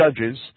judges